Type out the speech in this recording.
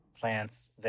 plants